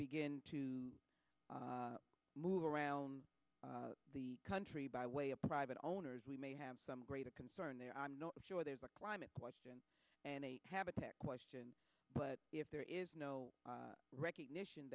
begin to move around the country by way of private owners we may have some greater concern there i'm not sure there's a climate question and a habitat question but if there is no recognition